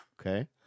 Okay